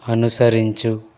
అనుసరించు